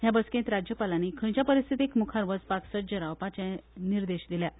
हे बसकेंत राज्यपालांनी खंयचेय परिस्थितीक मुघार वचपाक सज्ज रावपाचें आदेश दिल्यात